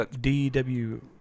D-W-